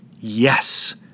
Yes